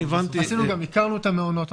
הכרנו את המעונות,